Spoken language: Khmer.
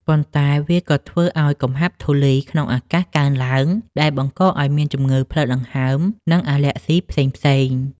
ប៉ុន្តែវាក៏ធ្វើឱ្យកំហាប់ធូលីក្នុងអាកាសកើនឡើង ដែលបង្កឱ្យមានជំងឺផ្លូវដង្ហើម និងអាឡែស៊ីផ្សេងៗ។